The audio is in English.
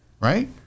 right